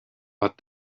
but